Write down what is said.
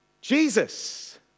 Jesus